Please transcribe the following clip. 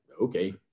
okay